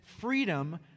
freedom